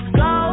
go